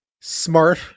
smart